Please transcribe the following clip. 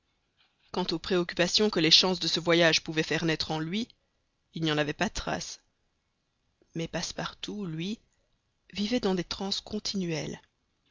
quant aux préoccupations que les chances de ce voyage pouvaient faire naître en lui il n'y en avait pas trace mais passepartout lui vivait dans des transes continuelles